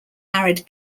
arid